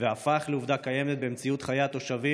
והפך לעובדה קיימת במציאות חיי התושבים